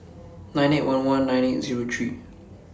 nine eight one one nine eight Zero three